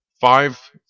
five